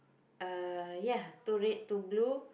uh ya two red two blue